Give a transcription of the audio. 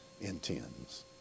intends